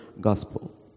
gospel